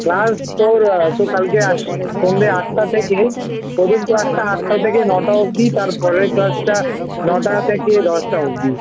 class তোর তুই কালকে আস সন্ধ্যে আটটা থেকে প্রথম ক্লাসটা আটটা থেকে নটা অবধি তারপরের ক্লাসটা নটা থেকে দশটা অবধি